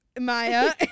Maya